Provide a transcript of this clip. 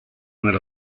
nella